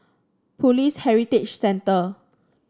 Police Heritage Center